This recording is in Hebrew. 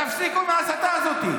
תפסיקו עם ההסתה הזאת.